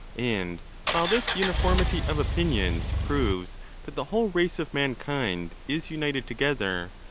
and while this uniformity of opinions proves that the whole race of man kind is united together,